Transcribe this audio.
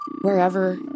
wherever